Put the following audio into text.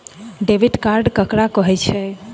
Debit card ककरा कहै छै?